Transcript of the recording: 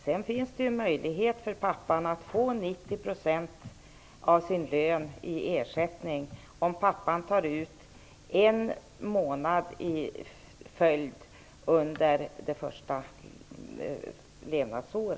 Det finns en möjlighet för pappan att få 90 % av lönen i ersättning om han tar ut en månads ledighet i följd under barnets första levnadsår.